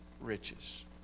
riches